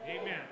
Amen